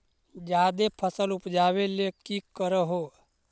जादे फसल उपजाबे ले की कर हो?